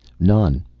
none.